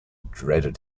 dreaded